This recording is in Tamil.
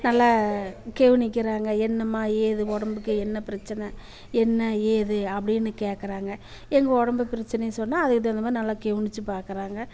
நல்லா கவனிக்கிறாங்க என்னம்மா ஏது உடம்புக்கு என்ன பிரச்சின என்ன ஏது அப்படின்னு கேட்கறாங்க எங்கள் உடம்பு பிரச்சினய சொன்னால் அதுக்கு தகுந்த மாதிரி நல்லா கவுனிச்சி பார்க்குறாங்க